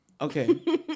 Okay